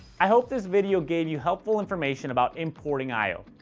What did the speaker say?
i hope this video gave you helpful information about importing i o.